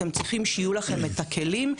אתם צריכים שיהיו לכם את הכלים,